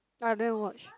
I didn't watch